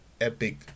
Epic